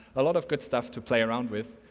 a lot of good stuff to play round with.